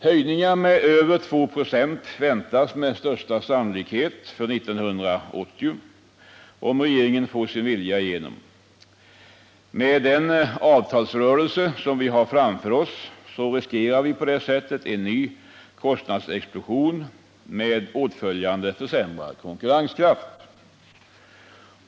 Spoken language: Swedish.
Höjningar med över 2 96 väntas med största sannolikhet för 1980, om regeringen får sin vilja igenom. Med den avtalsrörelse som vi har framför oss riskerar vi på det sättet en ny kostnadsexplosion med åtföljande försämrad konkurrenskraft.